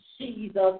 Jesus